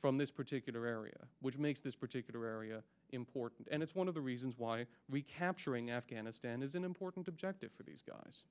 from this particular area which makes this particular area important and it's one of the reasons why we capturing afghanistan is an important objective for these guys